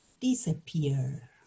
disappear